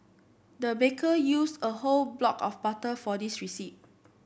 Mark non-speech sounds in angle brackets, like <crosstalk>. the baker used a whole block of butter for this <unintelligible>